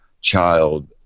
child